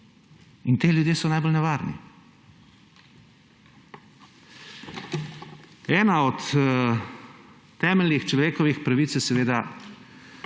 Ti ljudje so najbolj nevarni. Ena od temeljnih človekovih pravic je seveda